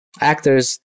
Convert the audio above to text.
actors